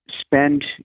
spend